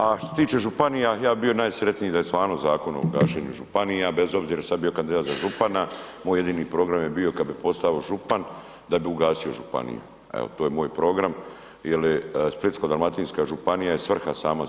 A što se tiče županija ja bih bio najsretniji da se je stvarno zakon o ugašenju županija bez obzira što sam ja bio kandidat za župana, moj jedini program je bio kad bi postao župan da bi ugasio županiju, evo to je moj program jer je Splitsko-dalmatinska županija je svrha sama sebi.